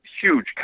huge